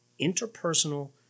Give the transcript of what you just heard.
interpersonal